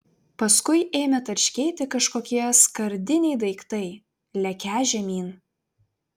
paskui ėmė tarškėti kažkokie skardiniai daiktai lekią žemyn